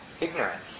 ignorance